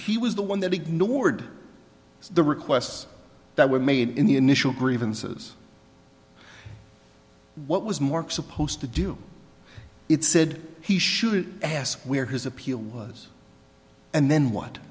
ok he was the one that ignored the requests that were made in the initial grievances what was mark supposed to do it said he should ask where his appeal was and then what